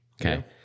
Okay